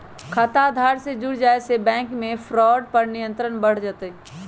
खाता आधार से जुड़ जाये से बैंक मे फ्रॉड पर नियंत्रण और बढ़ जय तय